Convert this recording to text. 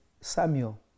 Samuel